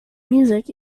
music